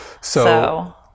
So-